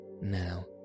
now